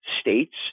states